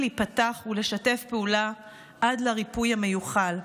להיפתח ולשתף פעולה עד לריפוי המיוחל.